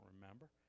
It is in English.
remember